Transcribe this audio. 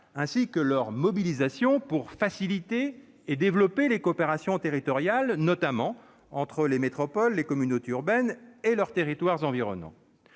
ainsi que pour faciliter et développer les coopérations territoriales, notamment entre les métropoles, les communautés urbaines et les territoires environnants.